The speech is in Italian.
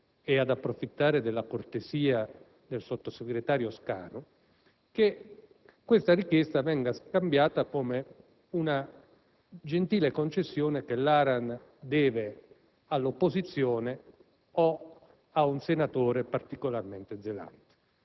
e ad approfittare della cortesia del sottosegretario Scanu, che questa richiesta venga scambiata come una gentile concessione che l'ARAN deve all'opposizione o a un senatore particolarmente zelante.